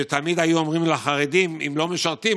ותמיד היו אומרים לחרדים: אם אתם לא משרתים,